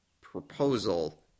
proposal